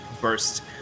burst